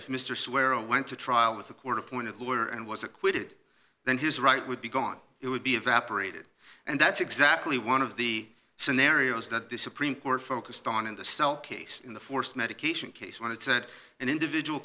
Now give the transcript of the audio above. if mr swear and went to trial with a court appointed lawyer and was acquitted then his right would be gone it would be evaporated and that's exactly one of the scenarios that the supreme court focused on in the cell case in the forced medication case when it said an individual